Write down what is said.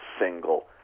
single